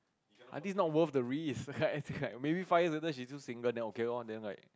I think it's not worth the risk I think like maybe five years later she's still single then okay lor then like